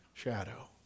shadow